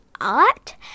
art